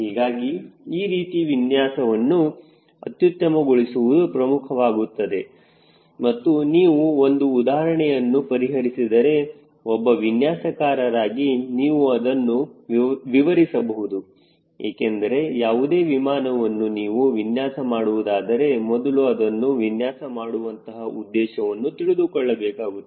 ಹೀಗಾಗಿ ಈ ರೀತಿ ವಿನ್ಯಾಸವನ್ನು ಅತ್ಯುತ್ತಮ ಗೊಳಿಸುವುದು ಪ್ರಮುಖವಾಗುತ್ತದೆ ಮತ್ತು ನೀವು ಒಂದು ಉದಾಹರಣೆಯನ್ನು ಪರಿಹರಿಸಿದರೆ ಒಬ್ಬ ವಿನ್ಯಾಸಕಾರರಾಗಿ ನೀವು ಅದನ್ನು ವಿವರಿಸಬಹುದು ಏಕೆಂದರೆ ಯಾವುದೇ ವಿಮಾನವನ್ನು ನೀವು ವಿನ್ಯಾಸ ಮಾಡುವುದಾದರೆ ಮೊದಲು ಅದನ್ನು ವಿನ್ಯಾಸ ಮಾಡುವಂತಹ ಉದ್ದೇಶವನ್ನು ತಿಳಿದುಕೊಳ್ಳಬೇಕಾಗುತ್ತದೆ